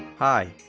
hi!